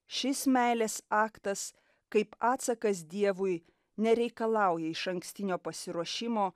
šis meilės aktas kaip atsakas dievui nereikalauja išankstinio pasiruošimo